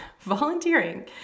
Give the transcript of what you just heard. volunteering